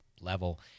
level